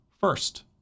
first